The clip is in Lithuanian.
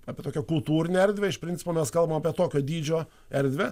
apie tokią kultūrinę erdvę iš principo mes kalbam apie tokio dydžio erdvę